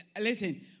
listen